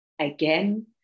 again